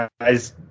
guys